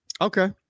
Okay